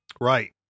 Right